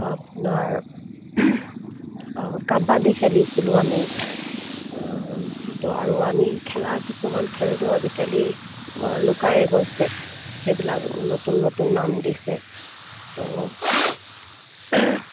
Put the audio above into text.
আপোনাৰ কাবাডী খেলিছিলোঁ আমি তো আৰু আমি খেলা কিছুমান খেলটো আজিকালি লুকাই গৈছে সেইবিলাক নতুন নতুন নাম দিছে তো